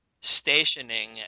stationing